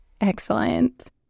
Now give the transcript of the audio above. Excellent